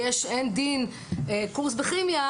אין דין קורס בכימיה,